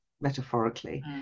metaphorically